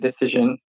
decision